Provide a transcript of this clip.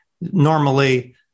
Normally